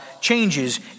changes